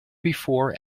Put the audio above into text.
before